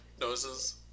noses